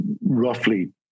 roughly